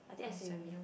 I think S_M_U